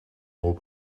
molt